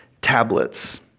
tablets